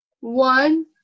one